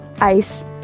ice